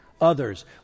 others